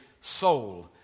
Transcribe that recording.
soul